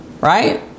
right